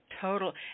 total